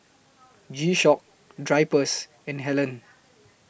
G Shock Drypers and Helen